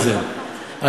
קיבלנו?